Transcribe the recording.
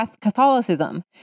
Catholicism